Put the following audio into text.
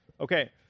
okay